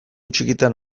txikitan